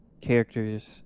characters